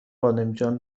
بادمجان